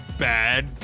Bad